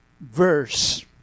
verse